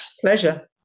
Pleasure